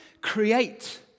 create